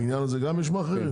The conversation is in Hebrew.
בעניין הזה גם יש מאכערים?